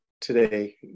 today